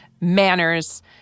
manners